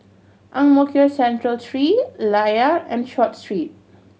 Ang Mo Kio Central Three Layar and Short Street